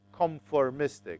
conformistic